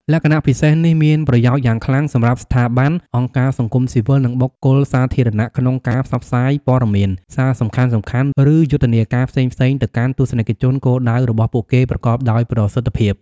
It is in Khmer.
លក្ខណៈពិសេសនេះមានប្រយោជន៍យ៉ាងខ្លាំងសម្រាប់ស្ថាប័ន អង្គការសង្គមស៊ីវិល និងបុគ្គលសាធារណៈក្នុងការផ្សព្វផ្សាយព័ត៌មាន សារសំខាន់ៗ ឬយុទ្ធនាការផ្សេងៗទៅកាន់ទស្សនិកជនគោលដៅរបស់ពួកគេប្រកបដោយប្រសិទ្ធភាព។